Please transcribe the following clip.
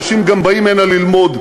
ואנשים גם באים הנה ללמוד.